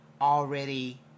already